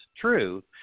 true